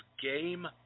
game